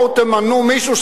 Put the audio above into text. תמנו מישהו,